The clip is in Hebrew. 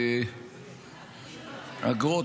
אגרות